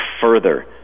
further